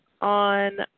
on